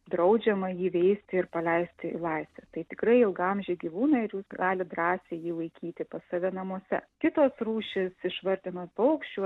draudžiama jį veisti ir paleisti į laisvę tai tikrai ilgaamžiai gyvūnai ir jūs galit drąsiai jį laikyti pas save namuose kitos rūšys išvardinot paukščių